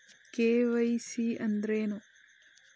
KYC ಅಂದ್ರೇನು?